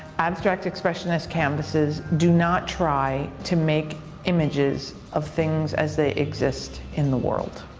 abstract expressionist canvasses do not try to make images of things as they exist in the world.